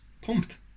Pumped